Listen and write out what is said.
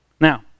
Now